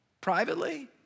privately